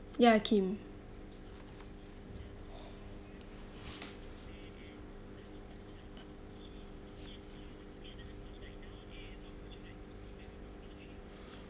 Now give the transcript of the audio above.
ya kim